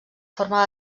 forma